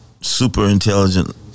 super-intelligent